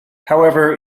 however